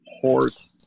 horse